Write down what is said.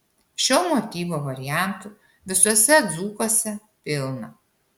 šio motyvo variantų visuose dzūkuose pilna